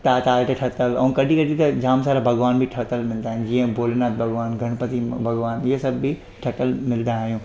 ता तारा ते ठहियल ऐं कॾहिं कॾहिं त जाम सारा भॻवान बि ठहियलु मिलंदा आहिनि जीअं भोलेनाथ भॻवानु गणपति भॻवानु ईअं सभ बि ठहियल मिलंदा आहियूं